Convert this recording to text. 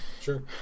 sure